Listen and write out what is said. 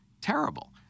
Terrible